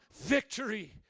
victory